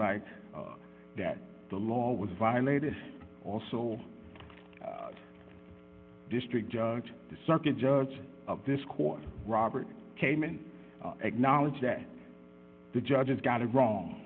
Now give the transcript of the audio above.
like that the law was violated also district judge the circuit judge of this court robert came in acknowledged that the judge's got it wrong